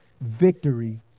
victory